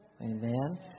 Amen